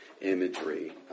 Imagery